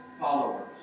followers